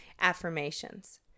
affirmations